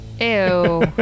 Ew